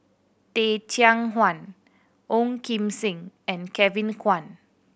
Teh Cheang Wan Ong Kim Seng and Kevin Kwan